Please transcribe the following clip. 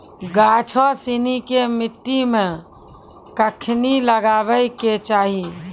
गाछो सिनी के मट्टी मे कखनी लगाबै के चाहि?